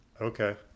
Okay